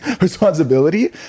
responsibility